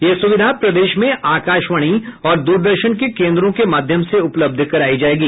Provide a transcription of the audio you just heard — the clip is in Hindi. यह सुविधा प्रदेश में आकाशवाणी और द्रदर्शन के केन्द्रों के माध्यम से उपलब्ध कराई जायेगी